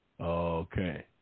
Okay